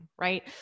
right